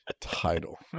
Title